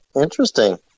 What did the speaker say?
Interesting